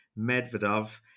Medvedev